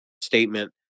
statement